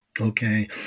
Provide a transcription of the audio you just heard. Okay